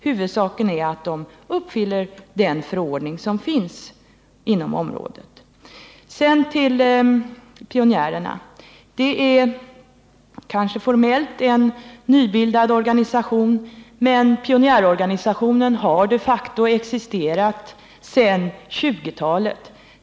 Huvudsaken är att de uppfyller kraven i den förordning som finns inom området. Slutligen till Sveriges socialistiska pionjärer. Den organisationen är kanske formellt nybildad, men pionjärorganisationen har de facto existerat sedan 1920-talet.